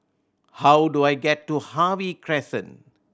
how do I get to Harvey Crescent